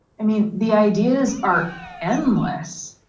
i mean, the ideas are endless.